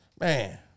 Man